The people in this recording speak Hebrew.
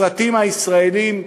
הסרטים הישראליים,